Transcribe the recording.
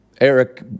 Eric